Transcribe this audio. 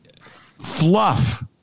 fluff